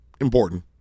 important